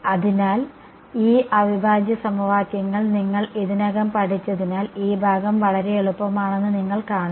അതിനാൽ ഈ അവിഭാജ്യ സമവാക്യങ്ങൾ നിങ്ങൾ ഇതിനകം പഠിച്ചതിനാൽ ഈ ഭാഗം വളരെ എളുപ്പമാണെന്ന് നിങ്ങൾ കാണുന്നു